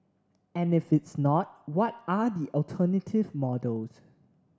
and if it's not what are the alternative models